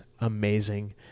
amazing